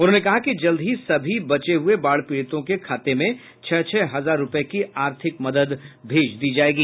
उन्होंने कहा कि जल्द ही सभी बचे बाढ़ पीड़ितों के खाते में छ छ हजार रुपये की आर्थिक मदद भेज दी जाएगी